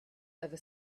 over